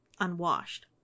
unwashed